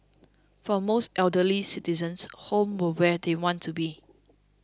for most elderly citizens home were where they want to be